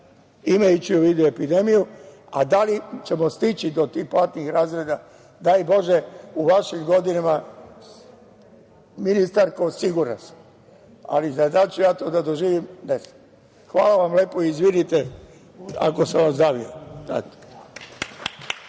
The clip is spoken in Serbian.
imajući u vidu epidemiju, a da li ćemo stići do tih platnih razreda, daj Bože. U vašim godinama, ministarko, siguran sam, ali da li ću ja to da doživim, ne znam. Hvala vam lepo i izvinite ako sam vas davio.